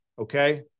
okay